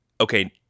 okay